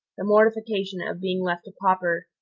the mortification of being left a pauper,